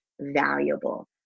valuable